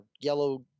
yellow